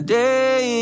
day